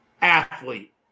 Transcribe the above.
athlete